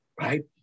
right